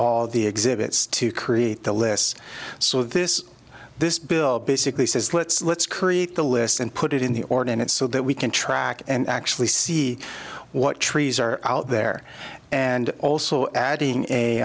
all the exhibits to create the lists so this this bill basically says let's let's create the list and put it in the ordinance so that we can track and actually see what trees are out there and also adding a